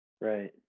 right